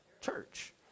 church